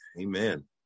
Amen